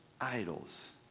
idols